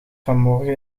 vanmorgen